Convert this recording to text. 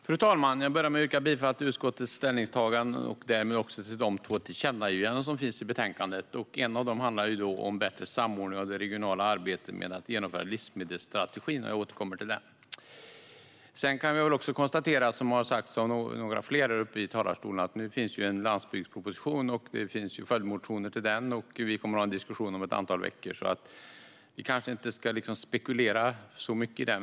Fru talman! Jag börjar med att yrka bifall till utskottets ställningstagande och därmed också till de två tillkännagivanden som finns i betänkandet. Ett av dem handlar om bättre samordning av det regionala arbetet med att genomföra livsmedelsstrategin. Jag återkommer till det. Det har här sagts att det finns en landsbygdsproposition och följdmotioner till den. Vi kommer att ha en diskussion om den om ett antal veckor, så vi ska kanske inte spekulera så mycket om den.